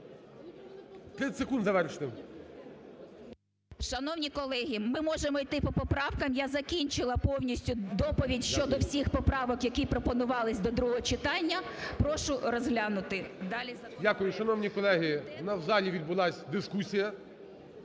Шановні колеги, ми можемо йти по поправкам. Я закінчила повністю доповідь щодо всіх поправок, які пропонувалися до другого читання. Прошу розглянути далі законопроект. ГОЛОВУЮЧИЙ. Дякую.